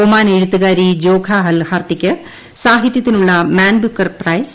Oman എഴുത്തുകാരി Jokha അൽഹാർത്തിക്ക് സാഹിതൃത്തിനുള്ള മാൻബുക്കർ പ്രൈസ്